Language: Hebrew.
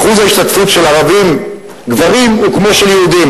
אחוז ההשתתפות של ערבים גברים הוא כמו של יהודים,